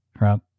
right